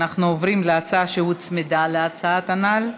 אנחנו עוברים להצעה שהוצמדה להצעה הנ"ל,